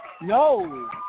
No